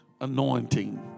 anointing